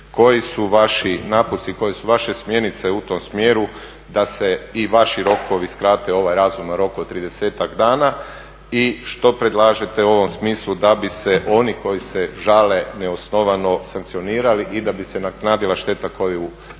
Koji su vaši naputci, koje su vaše smjernice u tom smjeru da se i vaši rokovi skrate, ovaj razuman rok od tridesetak dana i što predlažete u ovom smislu da bi se oni koji se žale neosnovano sankcionirali i da bi se nadoknadila šteta koju